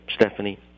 Stephanie